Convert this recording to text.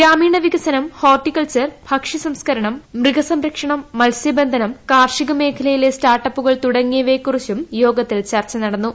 ഗ്രാമീണ വികസനം ഹോർട്ടികൾച്ചർ മൃഗസംരക്ഷണം മത്സ്യബന്ധനം കാർഷിക മേഖലയിലെ സ്റ്റാർട്ടപ്പുകൾ തുടങ്ങിയവയെക്കുറിച്ചും യോഗത്തിൽ ചർച്ച നടന്നു